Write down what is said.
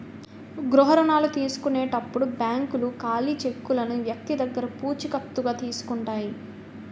గృహ రుణాల తీసుకునేటప్పుడు బ్యాంకులు ఖాళీ చెక్కులను వ్యక్తి దగ్గర పూచికత్తుగా తీసుకుంటాయి